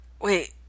Wait